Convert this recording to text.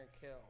kill